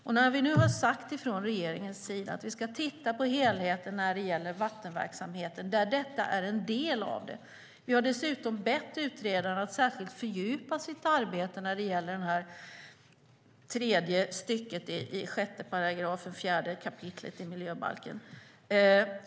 Vi har nu sagt från regeringen att vi ska titta på helheten när det gäller vattenverksamheten, som detta är en del av. Vi har dessutom bett utredaren att särskilt fördjupa sitt arbete när det gäller det tredje stycket i 4 kap. 6 § miljöbalken.